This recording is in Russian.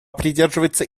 придерживается